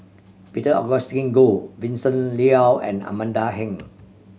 Peter Augustine Goh Vincent Leow and Amanda Heng